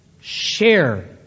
share